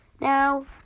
now